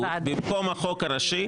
במקום החוק הראשי,